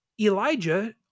Elijah